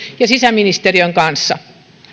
ja sisäministeriön kanssa